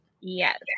Yes